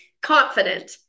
Confident